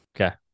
Okay